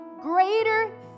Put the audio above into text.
greater